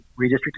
redistricting